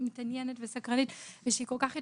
מתעניינת וסקרנית וכל-כך התפתחה,